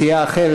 סיעה אחרת,